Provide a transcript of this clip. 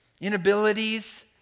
inabilities